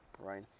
right